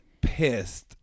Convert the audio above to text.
pissed